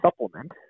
supplement